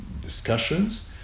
discussions